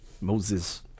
Moses